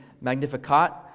Magnificat